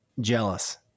jealous